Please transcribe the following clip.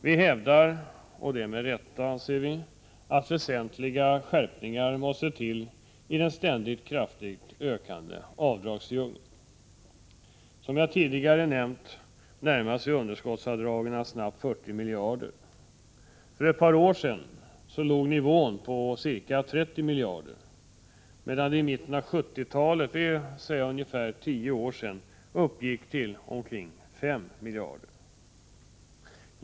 Vpk hävdar — och det med rätta — att väsentliga skärpningar måste till i den ständigt kraftigt växande avdragsdjungeln. Som jag tidigare nämnt närmar sig underskottsavdragen snabbt 40 miljarder kronor. För ett par år sedan låg nivån på ca 30 miljarder, medan avdragen i mitten av 1970-talet, dvs. för ungefär tio år sedan, uppgick till omkring 5 miljarder.